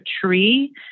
tree